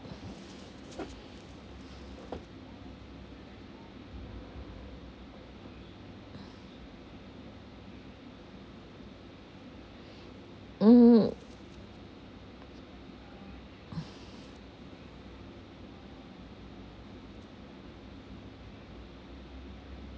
um